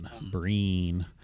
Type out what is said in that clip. Breen